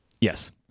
Yes